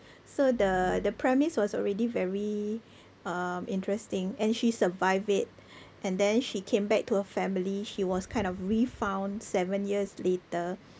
so the the premise was already very um interesting and she survive it and then she came back to her family she was kind of refound seven years later